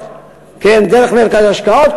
דרך מרכז ההשקעות.